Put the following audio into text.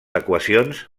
equacions